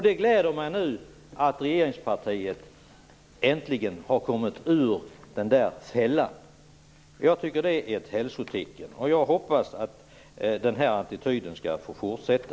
Det gläder mig att regeringspartiet nu äntligen har kommit ur denna fälla. Det är ett hälsotecken. Jag hoppas att den attityden skall få fortsätta.